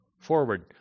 forward